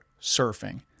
surfing